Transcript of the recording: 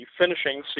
finishing